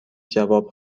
جواب